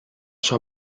sua